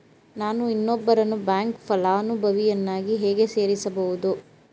ನಾನು ಇನ್ನೊಬ್ಬರನ್ನು ಬ್ಯಾಂಕ್ ಫಲಾನುಭವಿಯನ್ನಾಗಿ ಹೇಗೆ ಸೇರಿಸಬಹುದು?